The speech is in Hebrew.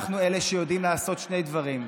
אנחנו אלה שיודעים לעשות שני דברים: